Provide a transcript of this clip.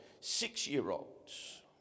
six-year-olds